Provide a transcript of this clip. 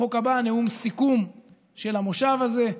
בחוק הבא נאום סיכום של המושב הזה.